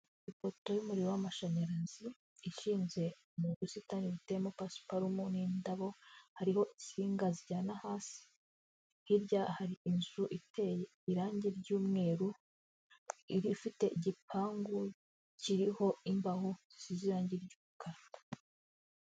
Ipoto y'umuriro w'amashanyarazi ishinze mu busitani butemo pasiparume n'indabo, hariho isinga zijyana hasi, hari inzu iteye irangi ry'umweru ifite igipangu kiriho imbaho zisize irangi ry'umukara.